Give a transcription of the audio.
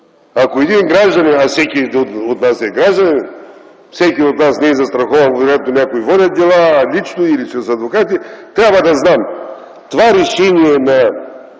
Ако един гражданин, а всеки от нас е гражданин, всеки от нас не е застрахован, вероятно някои водят дела – лични или с адвокати, трябва да знам това решение на